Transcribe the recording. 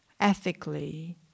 ethically